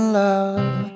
love